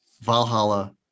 Valhalla